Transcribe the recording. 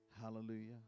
Hallelujah